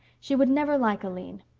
she would never like aline,